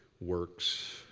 works